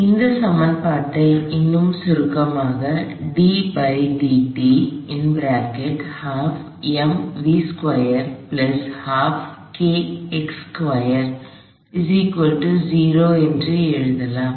அந்த சமன்பாட்டை இன்னும் சுருக்கமாக என எழுதலாம்